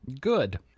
Good